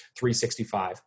365